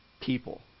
people